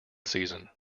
season